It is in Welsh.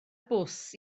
bws